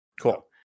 Cool